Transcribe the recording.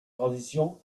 transition